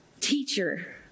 Teacher